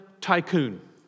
tycoon